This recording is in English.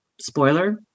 spoiler